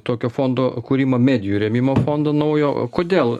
tokio fondo kūrimą medijų rėmimo fondo naujo kodėl